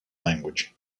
language